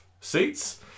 seats